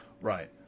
right